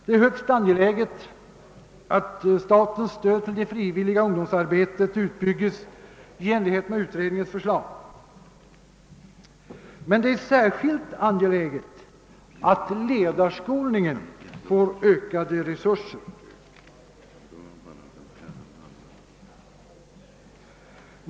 Det är högst angeläget att statens stöd till det frivilliga ungdomsarbetet utbyggs i enlighet med utredningens förslag, men det är särskilt angeläget att ledarskolningen får ökade resurser.